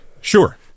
Sure